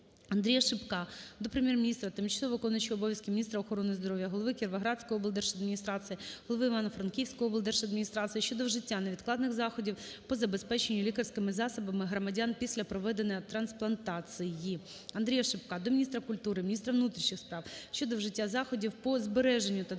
Андрія Шипка до Прем'єр-міністра, тимчасово виконуючої обов'язки Міністра охорони здоров'я, голови Кіровоградської облдержавної адміністрації, голови Івано-Франківської облдержавної адміністрації щодо вжиття невідкладних заходів по забезпеченню лікарськими засобами громадян після проведення трансплантації. Андрія Шипка до міністра культури, міністра внутрішніх справ щодо вжиття заходів по збереженню та